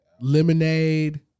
lemonade